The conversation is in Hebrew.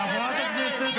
חברת הכנסת יסמין פרידמן.